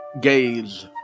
gaze